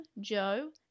Joe